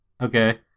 Okay